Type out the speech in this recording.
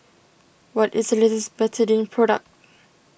what is the latest Betadine product